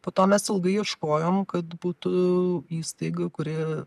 po to mes ilgai ieškojom kad būtų įstaiga kuri